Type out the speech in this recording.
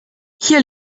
hier